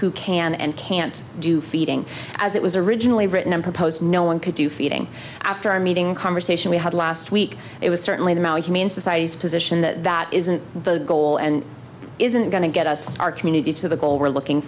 who can and can't do feeding as it was originally written and propose no one could do feeding after our meeting in conversation we had last week it was certainly the mal you mean society's position that that isn't the goal and isn't going to get us our community to the goal we're looking